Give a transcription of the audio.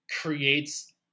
creates